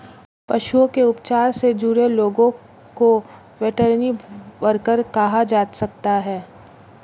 पशुओं के उपचार से जुड़े लोगों को वेटरनरी वर्कर कहा जा सकता है